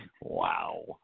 Wow